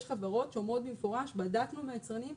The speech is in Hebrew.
יש חברות שאומרות במפורש: בדקנו עם היצרנים,